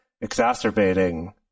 exacerbating